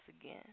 again